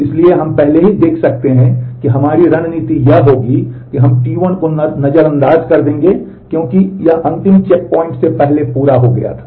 इसलिए हम पहले ही देख सकते हैं कि हमारी रणनीति यह होगी कि हम T1 को नजरअंदाज करेंगे क्योंकि यह अंतिम चेकपॉइंट से पहले पूरा हो गया था